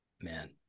man